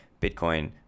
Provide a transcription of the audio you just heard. Bitcoin